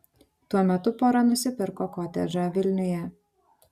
tuo metu pora nusipirko kotedžą vilniuje